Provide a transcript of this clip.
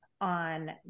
on